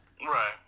Right